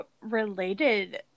related